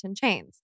chains